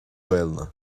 gaeilge